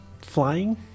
Flying